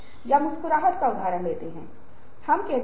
इसलिए दोनों प्रक्रिया एक साथ होती है